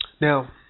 Now